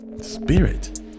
Spirit